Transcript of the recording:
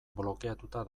blokeatuta